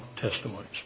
testimonies